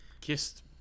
kissed